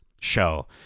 show